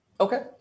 Okay